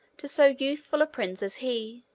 to so youthful a prince as he,